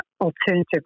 alternative